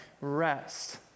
rest